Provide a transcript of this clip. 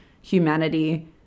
humanity